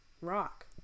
rock